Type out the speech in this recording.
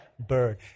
bird